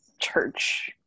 church